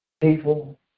People